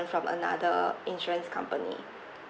from another insurance company